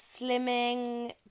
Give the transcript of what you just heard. slimming